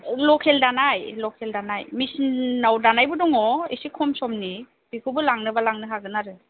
औ लकेल दानाय लकेल दानाय मेसिनाव दानायबो दङ एसे खम समनि बेखौबो लांनोबा लांनो हागोन आरो